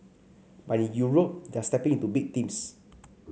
but in Europe they are stepping into big teams